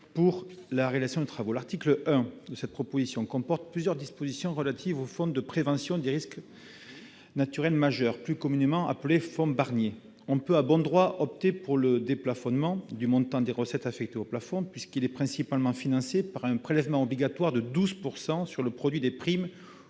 pour la réalisation de travaux. L'article 1 de la proposition de loi comporte plusieurs dispositions relatives au fonds de prévention des risques naturels majeurs, plus communément appelé fonds Barnier. On peut, à bon droit, opter pour le déplafonnement du montant des recettes affectées au fonds, puisqu'il est principalement financé par un prélèvement obligatoire de 12 % sur le produit des primes